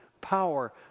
power